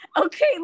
okay